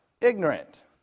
ignorant